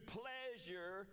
pleasure